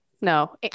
No